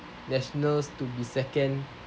nationals to be second